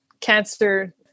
Cancer